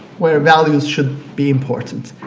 where values should be important.